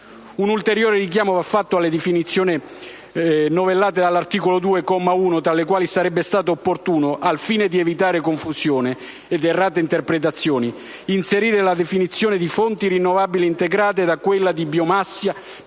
Un ulteriore richiamo va fatto alle definizioni novellate dall'articolo 2, comma 1, tra le quali sarebbe stato opportuno, al fine di evitare confusioni ed errate interpretazioni, inserire la definizione di fonti rinnovabili integrata da quella di biomassa